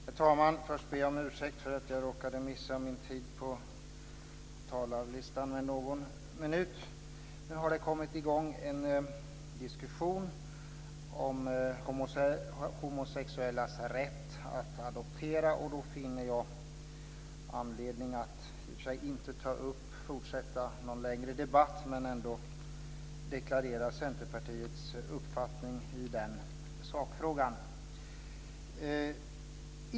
Herr talman! Först ber jag om ursäkt för att jag råkade missa min uppsatta tid på talarlistan med någon minut. Nu har det kommit i gång en diskussion om homosexuellas rätt att adoptera. Jag finner då inte anledning att fortsätta med någon längre debatt. Men jag vill ändå deklarera Centerpartiets uppfattning i den sakfrågan.